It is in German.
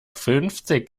fünfzig